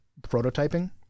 prototyping